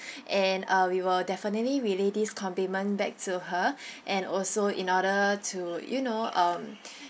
and uh we will definitely relay this compliment back to her and also in order to you know um